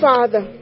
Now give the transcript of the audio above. Father